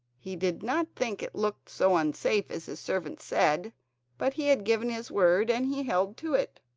he did not think it looked so unsafe as his servant said but he had given his word and he held to it.